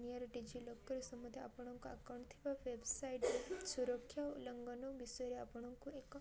near ଡିଜିିଲକରରେ ସମୁଦାୟ ଆପଣଙ୍କ ଆକାଉଣ୍ଟ ଥିବା ୱେବସାଇଟ୍ ସୁରକ୍ଷା ଉଲ୍ଲଙ୍ଗନ ବିଷୟରେ ଆପଣଙ୍କୁ ଏକ